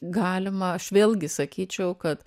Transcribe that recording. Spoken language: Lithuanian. galima aš vėlgi sakyčiau kad